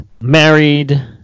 married